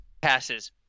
passes